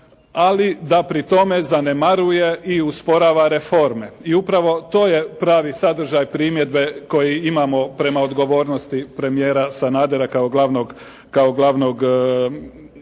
Ali da pri tome zanemaruje i usporava reforme. I upravo to je pravi sadržaj primjedbe koji imamo prema odgovornosti premijera Sanadera kao glavnog motivatora